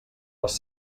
les